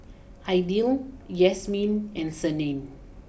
Aidil Yasmin and Senin